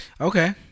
Okay